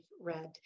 read